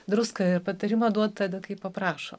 druską ir patarimą duot tada kai paprašo